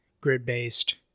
grid-based